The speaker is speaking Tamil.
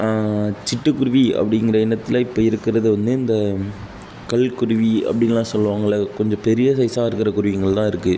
சிட்டுக்குருவி அப்படிங்கிற இனத்தில் இப்போ இருக்கிறது வந்து இந்த கல் குருவி அப்படின்லாம் சொல்லுவாங்கல்ல கொஞ்சம் பெரிய சைஸ்ஸாக இருக்கிற குருவிங்கள் தான் இருக்குது